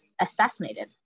assassinated